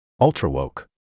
ultra-woke